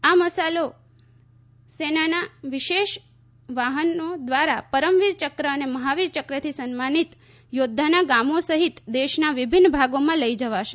આ મશાલો સેનાના વિશેષ વાહનો દ્વારા પરમવીર ચક્ર અને મહાવીર ચક્રથી સન્માનિત યોદ્ધાના ગામો સહિત દેશના વિભિન્ન ભાગોમાં લઈ જવાશે